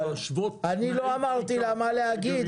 להשוות --- אבל אני לא אמרתי לה מה להגיד.